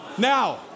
Now